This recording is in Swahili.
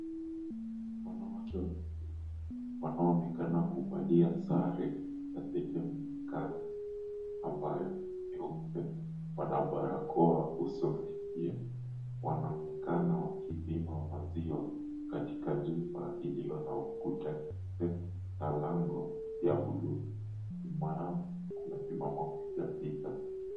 Wanawake wawili wanaonekana kuvalia sare ya sehemu ambayo ni nyeupe wamevalia barakoa usoni pia wanaonekana wakipima maziwa katika jumba lilo na rangi nyeupe na lango la bluu nyuma yao kuna mpiga picha.